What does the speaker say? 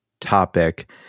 topic